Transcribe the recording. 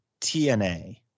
TNA